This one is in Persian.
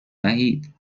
وحید